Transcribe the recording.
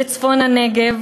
בצפון הנגב.